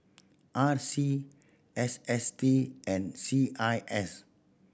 R C S S T and C I S